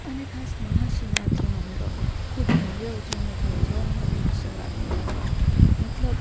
અને ખાસ મહા શિવરાત્રીનો મેળો ભવ્ય ઉજવણી થાય છે હો મારે મહાશિવરાત્રી ઉપર મતલબ